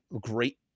great